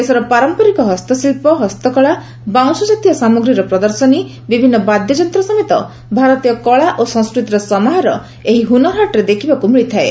ଦେଶର ପାରମ୍ପରିକ ହସ୍ତଶିଳ୍ପ ହସ୍ତକଳା ବାଉଁଶ ଜାତୀୟ ସାମଗ୍ରୀର ପ୍ରଦର୍ଶନ ବିଭିନ୍ନ ବାଦ୍ୟଯନ୍ତ୍ର ସମେତ ସଭାରତୀୟ କଳା ଓ ସଂସ୍କୃତିର ସମାହାର ଏହି ହୁନରହାଟ୍ରେ ଦେଖିବାକୁ ମିଳିଥାଏ